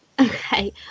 okay